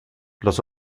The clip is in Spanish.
los